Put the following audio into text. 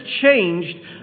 changed